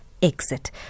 Exit